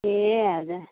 ए हजुर हजुर